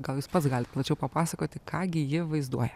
gal jūs pats galit plačiau papasakoti ką gi ji vaizduoja